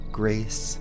grace